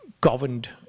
governed